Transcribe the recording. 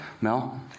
Mel